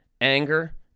anger